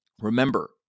Remember